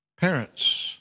parents